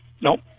Nope